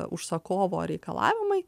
užsakovo reikalavimai